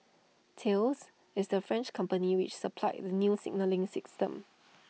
Thales is the French company which supplied the new signalling